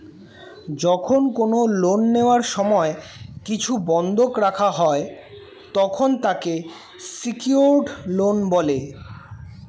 যখন কোন লোন নেওয়ার সময় কিছু বন্ধক রাখা হয়, তখন তাকে সিকিওরড লোন বলে